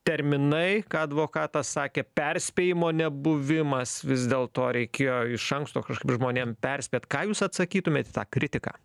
terminai ką advokatas sakė perspėjimo nebuvimas vis dėlto reikėjo iš anksto kažkaip žmonėm perspėt ką jūs atsakytumėt į tą kritiką